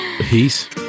peace